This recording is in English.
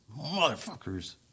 Motherfuckers